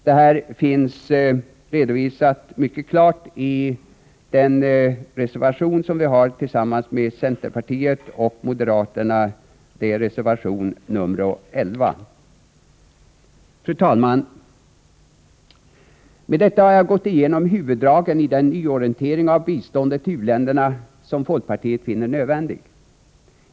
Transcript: — Det här finns redovisat i den reservation vi har tillsammans med centern och moderaterna — reservation nr 11. Fru talman! Med detta har jag gått igenom huvuddragen i den nyorientering av biståndet till u-länderna som folkpartiet finner nödvändig.